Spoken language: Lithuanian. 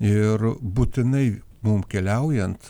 ir būtinai mum keliaujant